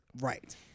Right